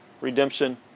redemption